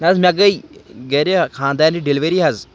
نہ حظ مےٚ گٔے گَرِ خانٛدانہِ ڈیٚلؤری حظ